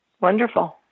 Wonderful